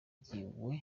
gitaramo